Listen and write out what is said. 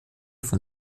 von